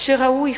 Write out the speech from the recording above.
שראוי